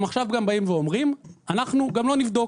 עכשיו גם באים ואומרים שאנחנו גם לא נבדוק.